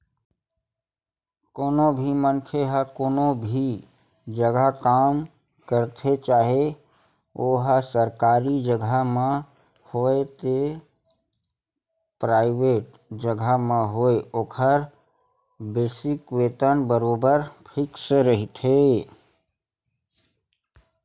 कोनो भी मनखे ह कोनो भी जघा काम करथे चाहे ओहा सरकारी जघा म होवय ते पराइवेंट जघा म होवय ओखर बेसिक वेतन बरोबर फिक्स रहिथे